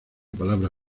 palabra